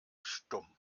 stumm